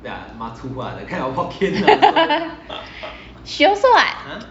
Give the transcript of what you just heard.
she also [what]